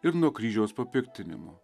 ir nuo kryžiaus papiktinimo